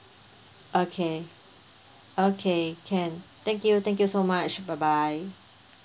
okay okay can thank you thank you so much bye bye